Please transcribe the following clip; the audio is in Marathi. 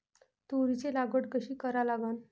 तुरीची लागवड कशी करा लागन?